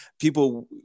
People